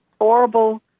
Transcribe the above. horrible